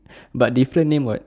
but different name [what]